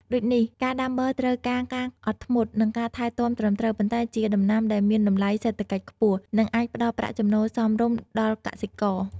ដូចនេះ ការដាំបឺរត្រូវការការអត់ធ្មត់ និងការថែទាំត្រឹមត្រូវ ប៉ុន្តែជាដំណាំដែលមានតម្លៃសេដ្ឋកិច្ចខ្ពស់ និងអាចផ្ដល់ប្រាក់ចំណូលសមរម្យដល់កសិករ។